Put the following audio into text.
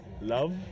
Love